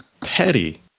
Petty